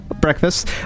breakfast